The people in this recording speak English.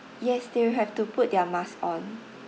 yes they will have to put their mask on